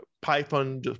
Python